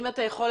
אני כאן.